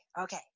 Okay